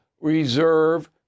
reserve